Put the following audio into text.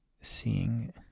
seeing